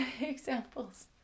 examples